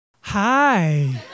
Hi